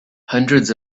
hundreds